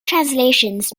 translations